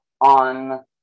on